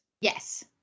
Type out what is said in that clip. Yes